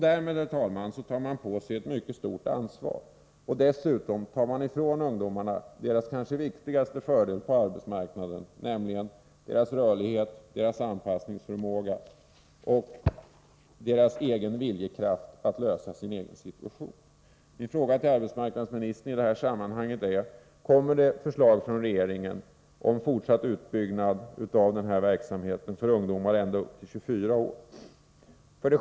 Därmed tar man på sig, herr talman, ett mycket stort ansvar. Dessutom tar man ifrån ungdomarna deras kanske viktigaste fördel på arbetsmarknaden, nämligen deras rörlighet, deras anpassningsförmåga och deras viljekraft att lösa sin egen situation. Min fråga till arbetsmarknadsministern i detta sammanhang lyder: Kommer regeringen med förslag om fortsatt utbyggnad av denna verksamhet för ungdomar ända upp till 24 års ålder? 6.